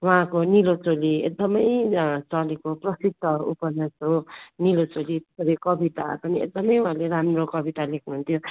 उहाँको निलो चोली एकदमै चलेको प्रसिद्ध उपन्यास हो निलो चोली र कविताहरू पनि एकदमै उहाँले राम्रो कविता लेख्नुहुन्थ्यो